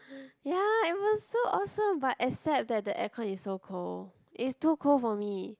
ya it was so awesome but except that the air con is so cold is too cold for me